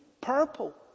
purple